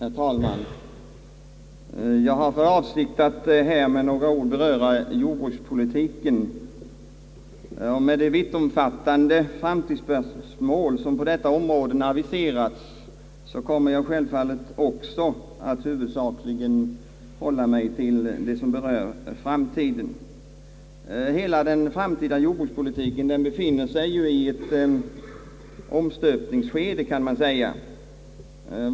Herr talman! Jag har för avsikt att här med några ord beröra jordbrukspolitiken. Med tanke på de vittomfattande framtidsspörsmål som på detta område aviserats kommer jag självfallet att huvudsakligen hålla mig till det som berör framtiden. Hela den framtida jordbrukspolitiken kan sägas befinna sig i ett omstöpningsskede.